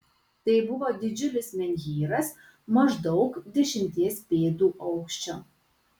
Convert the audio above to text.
tai buvo didžiulis menhyras maždaug dešimties pėdų aukščio